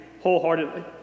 wholeheartedly